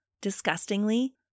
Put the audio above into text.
Disgustingly